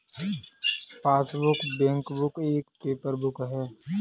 passbook, bankbook एक paper book है